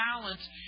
balance